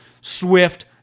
Swift